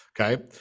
Okay